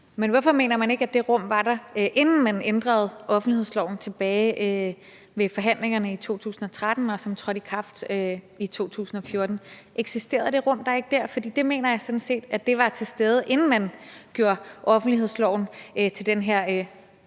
Men hvorfor mener man ikke, at det rum var der, inden man ændrede offentlighedsloven tilbage ved forhandlingerne i 2013, og som trådte i kraft i 2014? Eksisterede det rum ikke dér? For det mener jeg sådan set var til stede, inden man gjorde offentlighedsloven til den her